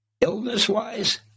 illness-wise